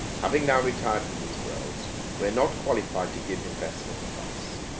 having now retired from these worlds we are not qualified to give investment advice.